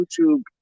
YouTube